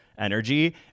energy